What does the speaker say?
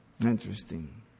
Interesting